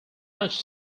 much